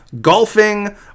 golfing